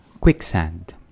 quicksand